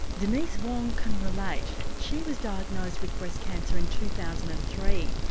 denise wong can relate she was diagnosed with breast cancer in two thousand and three.